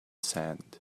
sand